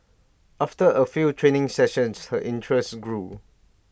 after A few training sessions her interest grew